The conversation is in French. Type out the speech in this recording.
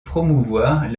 promouvoir